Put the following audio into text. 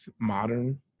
modern